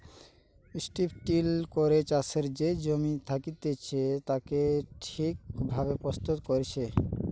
strip till করে চাষের যে জমি থাকতিছে তাকে ঠিক ভাবে প্রস্তুত করতিছে